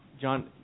John